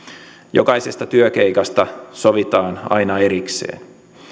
jokaisesta työkeikasta sovitaan aina erikseen